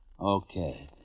Okay